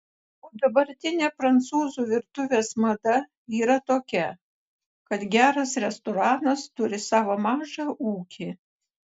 o dabartinė prancūzų virtuvės mada yra tokia kad geras restoranas turi savo mažą ūkį